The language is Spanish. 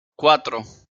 cuatro